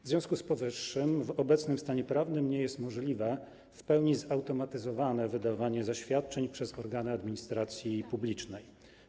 W związku z powyższym w obecnym stanie prawnym nie jest możliwe w pełni zautomatyzowane wydawanie zaświadczeń przez organy administracji publicznej.